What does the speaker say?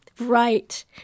Right